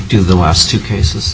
do the last two cases